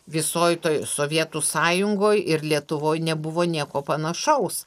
visoj toj sovietų sąjungoj ir lietuvoj nebuvo nieko panašaus